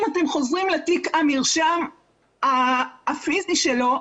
אם אתם חוזרים לתיק המרשם הפיזי שלו,